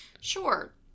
Sure